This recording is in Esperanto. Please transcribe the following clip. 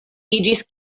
iĝis